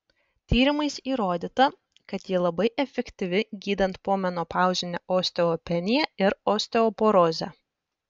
tyrimais įrodyta kad ji labai efektyvi gydant pomenopauzinę osteopeniją ir osteoporozę